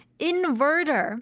Inverter